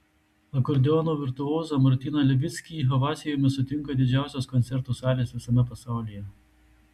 akordeono virtuozą martyną levickį ovacijomis sutinka didžiausios koncertų salės visame pasaulyje